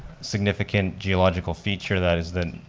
significant geological feature that is the